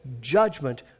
judgment